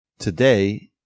today